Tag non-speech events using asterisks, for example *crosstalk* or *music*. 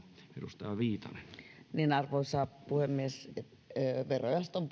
edustaja viitanen arvoisa puhemies verojaoston *unintelligible*